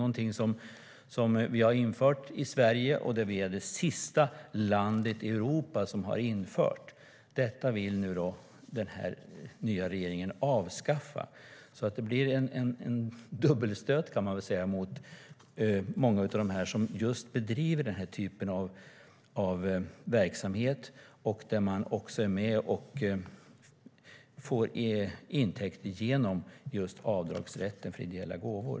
Sverige var det sista landet i Europa som införde skattereduktion för gåvor till civilsamhället. Detta vill den nya regeringen avskaffa. Det blir en dubbelstöt mot många av dem som bedriver den typen av verksamhet och som får intäkter med hjälp av avdragsrätten för ideella gåvor.